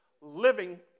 living